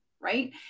right